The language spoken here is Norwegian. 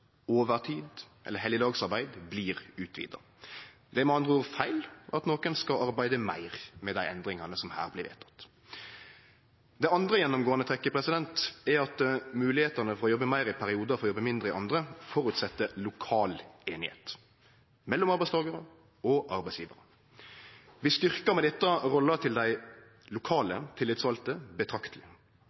overtid eller helgedagsarbeid blir utvida. Det er med andre ord feil at nokon skal arbeide meir etter dei endringane som her blir vedtekne. Det andre gjennomgåande trekket er at moglegheitene for å jobbe meir i periodar for å jobbe mindre i andre føreset lokal einigheit mellom arbeidstakarar og arbeidsgjevarar. Vi styrkjer med dette rolla til dei lokale tillitsvalde betrakteleg,